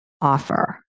offer